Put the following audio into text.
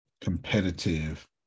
competitive